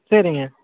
சரிங்க